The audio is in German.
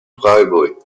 freiburg